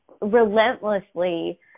relentlessly